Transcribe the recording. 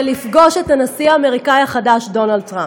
לפגוש את הנשיא האמריקני החדש דונלד טראמפ.